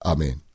Amen